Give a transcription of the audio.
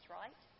right